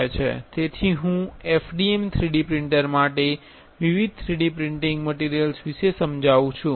તેથી અહીં હું FDM 3D પ્રિંટર માટે વિવિધ 3D પ્રિન્ટિંગ મટિરિયલ્સ વિશે સમજાવું છું